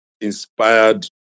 inspired